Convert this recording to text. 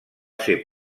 ser